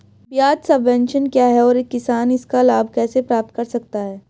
ब्याज सबवेंशन क्या है और किसान इसका लाभ कैसे प्राप्त कर सकता है?